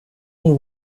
will